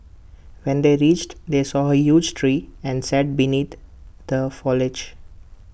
when they reached they saw A huge tree and sat beneath the foliage